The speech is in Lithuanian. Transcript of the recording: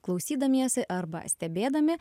klausydamiesi arba stebėdami